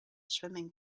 swimming